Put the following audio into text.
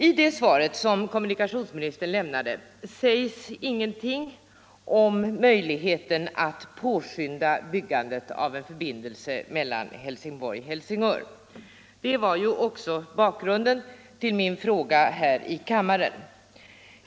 I det svar som kommunikationsministern lämnat, och för vilket jag tackar, sägs ingenting om möjligheten att påskynda byggandet av en förbindelse mellan Helsingborg och Helsingör. Det var bakgrunden till min fråga till kommunikationsministern.